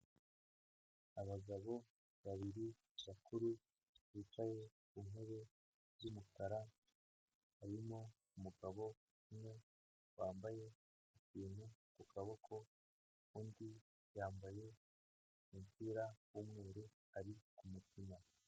Abagabo babiri bakuru bicaye ku ntebe z'umukara, harimo umugabo umwe wambaye ikintu ku kaboko, undi yambaye umupira w'umweru ari kumupima.